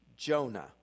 Jonah